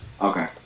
Okay